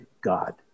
God